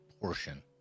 portion